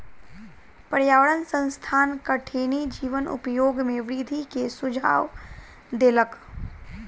पर्यावरण संस्थान कठिनी जीवक उपयोग में वृद्धि के सुझाव देलक